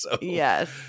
Yes